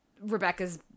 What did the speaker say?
Rebecca's